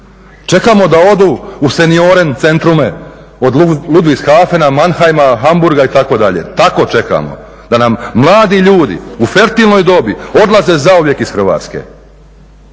Čekamo da odu u seniore centrume od …/Govornik se ne razumije./… Manheima, Hamburga itd. Tako čekamo da nam mladi ljudi u fertilnoj dobi odlaze zauvijek iz Hrvatske.